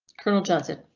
colonel johnson